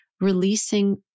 releasing